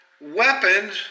weapons